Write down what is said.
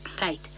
Right